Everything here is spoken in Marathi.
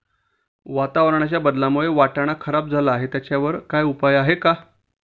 वातावरणाच्या बदलामुळे वाटाणा खराब झाला आहे त्याच्यावर काय उपाय आहे का?